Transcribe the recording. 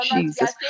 Jesus